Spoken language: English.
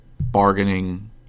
bargaining